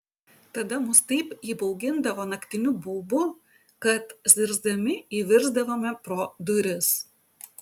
tada mus taip įbaugindavo naktiniu baubu kad zirzdami įvirsdavome pro duris